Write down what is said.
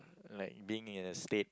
like being in a state